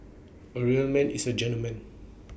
A real man is A gentleman